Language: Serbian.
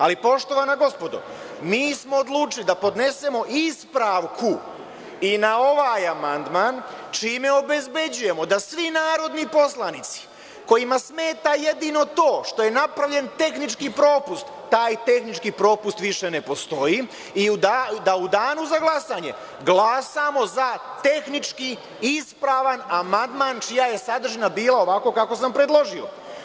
Ali, poštovana gospodo, mi smo odlučili da podnesemo ispravku i na ovaj amandman, čime obezbeđujemo da svi narodni poslanici kojima smeta jedino to što je napravljen tehnički propust, taj tehnički propust više ne postoji i da u danu za glasanje glasamo za tehnički ispravan amandman čija je sadržina bila ovako kako sam predložio.